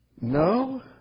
No